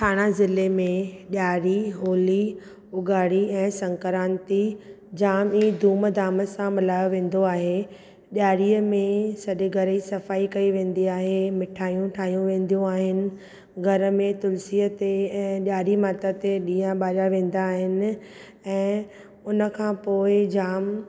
थाणा ज़िले में ॾियारी होली उगाणी ऐं संक्रांती जाम ई धूम धाम सां मल्हायो वेंदो आहे ॾियारीअ में सॼे घर जी सफ़ाई कई वेंदी आहे मिठाईयूं ठाहियूं वेंदीयूं आहिनि घर में तुलसीअ ते ऐं ॾियारी माता ते ॾिया बारिया वेंदा आहिनि ऐं हुन खां पोइ जाम